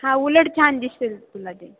हां उलट छान दिसतील तुला ते